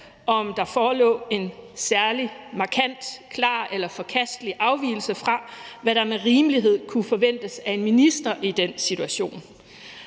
om der forelå en særlig markant, klar eller forkastelig afvigelse fra, hvad der med rimelighed kunne forventes af en minister i den situation.